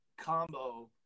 combo